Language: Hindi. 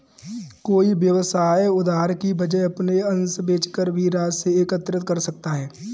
कोई व्यवसाय उधार की वजह अपने अंश बेचकर भी राशि एकत्रित कर सकता है